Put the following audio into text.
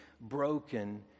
broken